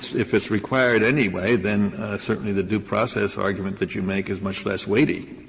if it's required anyway, then certainly the due process argument that you make is much less weighty.